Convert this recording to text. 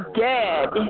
dead